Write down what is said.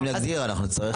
אם נגדיר, אנחנו נצטרך,